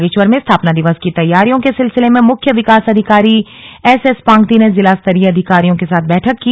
बागेश्वर में स्थापना दिवस की तैयारियों के सिलसिले में मुख्य विकास अधिकारी एसएसएसपांगती ने जिलास्तरीय अधिकारियों के साथ बैठक की